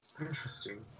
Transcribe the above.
interesting